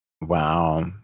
Wow